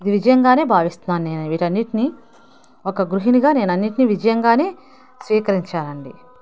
ఇది విజయంగానే భావిస్తున్నాను నేను వీటన్నింటినీ ఒక గృహిణిగా నేను అన్నింటినీ విజయంగానే స్వీకరించాను అండి